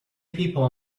people